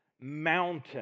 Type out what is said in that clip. mountain